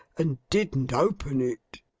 and didn't open it